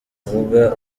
avuga